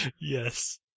Yes